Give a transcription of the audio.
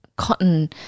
cotton